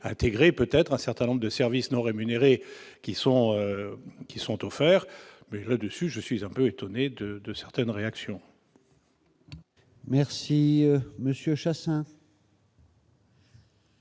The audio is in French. intégrer peut-être un certain nombre de services non rémunérés qui sont, qui sont offerts le dessus, je suis un peu étonné de de certaines réactions. Merci Monsieur